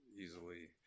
easily